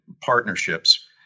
partnerships